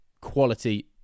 quality